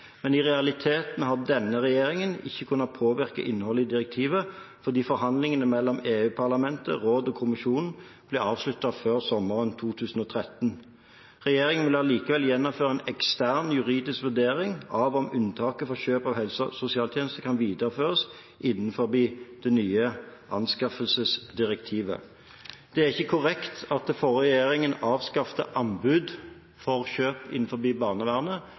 men i realiteten har denne regjeringen ikke kunnet påvirke innholdet i direktivet fordi forhandlingene mellom EU-parlamentet, rådet og kommisjonen ble avsluttet før sommeren 2013. Regjeringen vil allikevel gjennomføre en ekstern juridisk vurdering av om unntaket for kjøp av helse- og sosialtjenester kan videreføres innenfor det nye anskaffelsesdirektivet. Det er ikke korrekt at den forrige regjeringen avskaffet anbud for kjøp innenfor barnevernet.